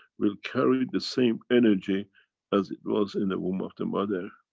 will carry the same energy as it was in the womb of the mother.